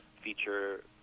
feature